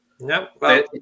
no